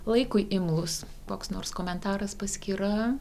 laikui imlūs koks nors komentaras paskyra